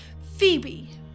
Phoebe